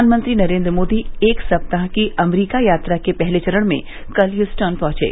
प्रधानमंत्री नरेन्द्र मोदी एक सप्ताह की अमरीका यात्रा के पहले चरण में कल ह्यूस्टेन पहुंचे